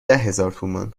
هزارتومان